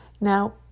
Now